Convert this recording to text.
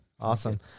Awesome